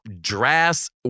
dress